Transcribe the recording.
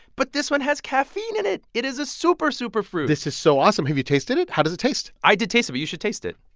but this one has caffeine in it. it is a super superfruit this is so awesome. have you tasted it? how does it taste? i did taste it. but you should taste it.